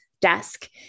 desk